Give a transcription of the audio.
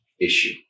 issue